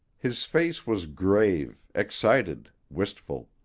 his face was grave, excited, wistful.